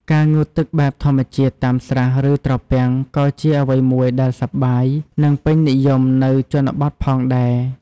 ការងូតទឹកបែបធម្មជាតិតាមស្រះ ឬត្រពាំងក៏ជាអ្វីមួយដែលសប្បាយ និងពេញនិយមនៅជនបទផងដែរ។